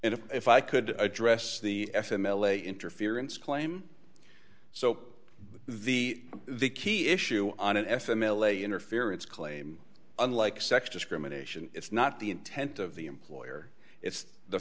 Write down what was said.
and if i could address the s m l a interference claim so the the key issue on an f m l a interference claim unlike sex discrimination it's not the intent of the employer it's the